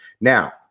Now